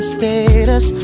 status